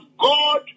God